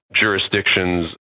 jurisdictions